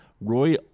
Roy